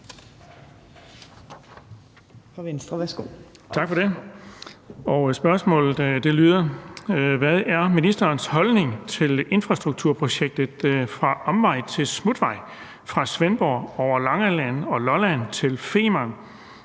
Hvad er ministerens holdning til infrastrukturprojektet »Fra omvej til smutvej« fra Svendborg over Langeland og Lolland til Femern,